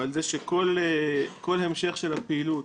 ועל זה שכל המשך של הפעילות